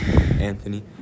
Anthony